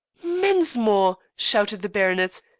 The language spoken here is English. mensmore! shouted the baronet.